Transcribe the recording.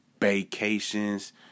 vacations